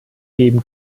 geben